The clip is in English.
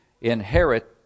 inherit